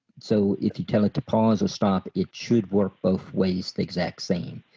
so if you tell it to pause or stop it should work both ways the exact same,